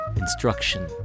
Instruction